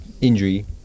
injury